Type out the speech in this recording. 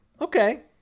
okay